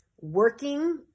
working